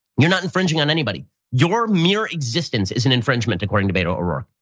you're not infringing on anybody. your mere existence is an infringement according to beto o'rourke.